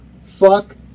fuck